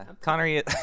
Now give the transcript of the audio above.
Connery